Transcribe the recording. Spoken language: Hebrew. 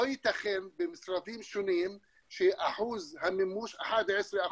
לא ייתכן במשרדים שונים שאחוז המימוש, 11%,